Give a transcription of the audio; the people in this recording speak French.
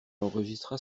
enregistra